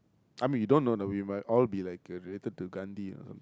I mean we don't know that we might all be like related to Ghandi